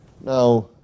Now